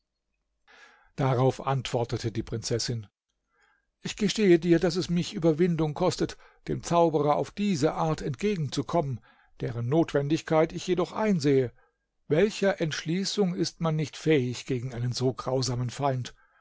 darauf antwortete die prinzessin ich gestehe dir daß es mich überwindung kostet dem zauberer auf diese art entgegenzukommen deren notwendigkeit ich jedoch einsehe welcher entschließung ist man nicht fähig gegen einen so grausamen feind